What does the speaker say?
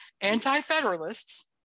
anti-federalists